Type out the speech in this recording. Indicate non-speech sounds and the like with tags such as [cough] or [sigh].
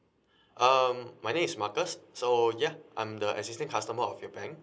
[breath] um my name is marcus so because I'm the existing customer of your bank